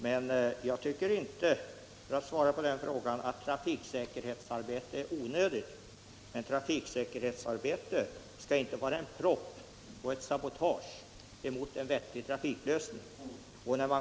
Jag anser emellertid inte, för att nu gå in på den frågan, att trafiksäkerhetsarbete är onödigt, men det skall inte vara en propp eller ett sabotage mot en vettig trafiklösning.